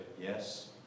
yes